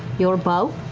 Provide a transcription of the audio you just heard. your bo?